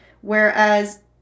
whereas